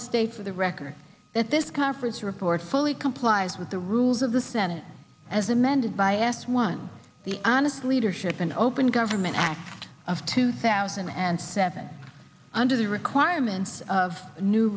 to state for the record that this conference report fully complies with the rules of the senate as amended by i asked one the honest leadership and open gov i'm an act of two thousand and seven under the requirements of new